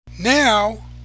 Now